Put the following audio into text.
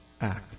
act